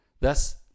thus